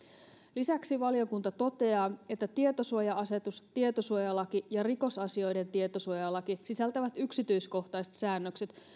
lisäksi valiokunta toteaa että tietosuoja asetus tietosuojalaki ja rikosasioiden tietosuojalaki sisältävät yksityiskohtaiset säännökset